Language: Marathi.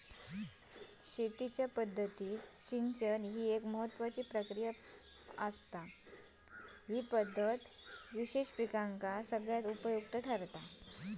विशेष पिकांका सगळ्यात उपयुक्त शेतीच्या पद्धतीत सिंचन एक महत्त्वाची प्रक्रिया हा